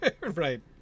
Right